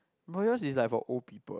but yours is like for old people